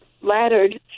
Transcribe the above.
laddered